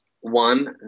one